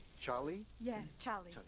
chali? yeah, chali. ah